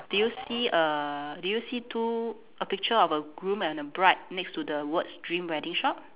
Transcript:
do you see a do you see two a picture of a groom and a bride next to the words dream wedding shop